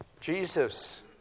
Jesus